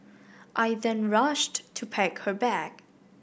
I then rushed to pack her bag